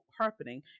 carpeting